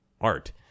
art